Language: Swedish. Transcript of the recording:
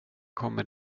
kommer